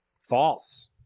False